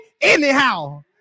anyhow